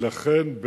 לכן,